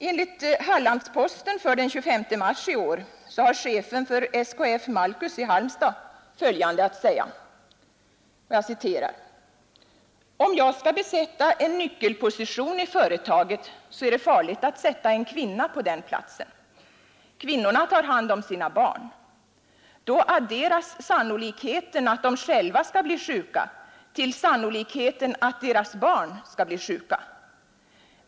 Enligt Hallands-Posten för den 25 mars i år har chefen för SKF-Malcus i Halmstad följande att säga: ”Om jag skall besätta en nyckelposition i företaget så är det farligt att sätta en kvinna på den platsen, Kvinnorna tar hand om sina barn, Då adderas sannolikheten att de själva skall bli sjuka till sannolikheten att deras barn skall bli sjuka.